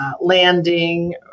landing